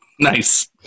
Nice